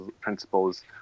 principles